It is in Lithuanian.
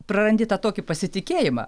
prarandi tą tokį pasitikėjimą